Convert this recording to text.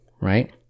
right